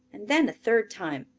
and then a third time.